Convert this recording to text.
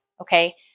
okay